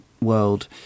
world